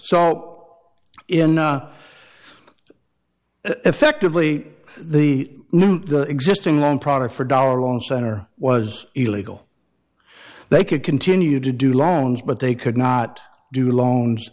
salt in effectively the new the existing one product for dollar on center was illegal they could continue to do loans but they could not do loans